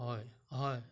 হয় হয়